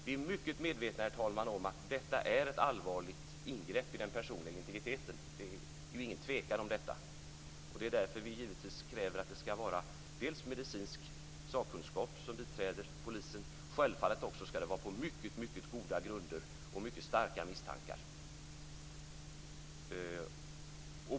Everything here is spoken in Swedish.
Vi är mycket medvetna, herr talman, om att detta är ett allvarligt ingrepp i den personliga integriteten. Det är ingen tvekan om detta. Det är därför vi kräver att medicinsk sakkunskap givetvis ska biträda polisen. Självfallet ska detta också göras på mycket goda grunder och då det finns starka misstankar.